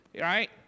right